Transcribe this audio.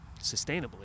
sustainably